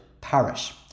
parish